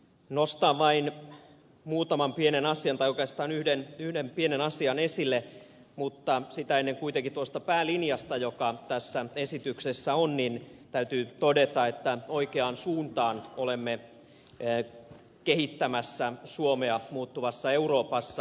nostan vain muutaman pienen asian tai oikeastaan yhden pienen asian esille mutta sitä ennen kuitenkin tuosta päälinjasta joka tässä esityksessä on täytyy todeta että oikeaan suuntaan olemme kehittämässä suomea muuttuvassa euroopassa